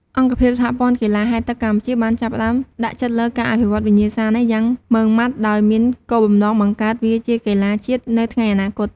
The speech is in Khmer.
អង្គភាពសហព័ន្ធកីឡាហែលទឹកកម្ពុជាបានចាប់ផ្តើមដាក់ចិត្តលើការអភិវឌ្ឍវិញ្ញាសានេះយ៉ាងម៉ឺងម៉ាត់ ដោយមានគោលបំណងបង្កើតវាជាកីឡាជាតិនៅថ្ងៃអនាគត។